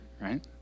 right